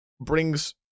brings